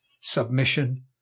submission